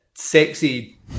sexy